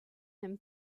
him